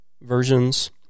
versions